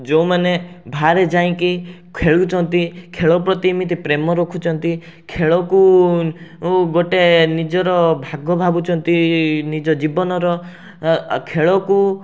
ଯେଉଁମାନେ ବାହାରେ ଯାଇଁକି ଖେଳୁଛନ୍ତି ଖେଳ ପ୍ରତି ଏମିତି ପ୍ରେମ ରଖୁଛନ୍ତି ଖେଳକୁ ଓ ଗୋଟେ ନିଜର ଭାଗ ଭାବୁଛନ୍ତି ନିଜ ଜୀବନର ଅ ଖେଳକୁ